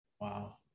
Wow